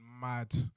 mad